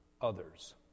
others